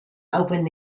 opened